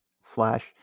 slash